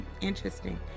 Interesting